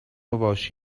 ﺧﻮﺭﺩﯾﻢ